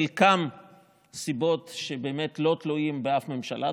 חלקן סיבות שבאמת לא תלויות באף ממשלה,